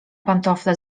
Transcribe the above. pantofle